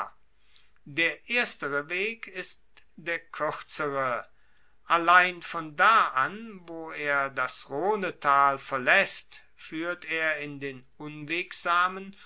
der erstere weg ist der kuerzere allein von da an wo er das rhonetal verlaesst fuehrt er in den unwegsamen